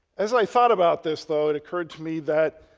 as i thought about this though it occurred to me that